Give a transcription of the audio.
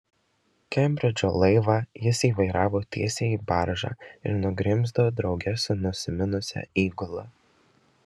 kembridžo laivą jis įvairavo tiesiai į baržą ir nugrimzdo drauge su nusiminusia įgula